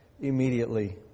immediately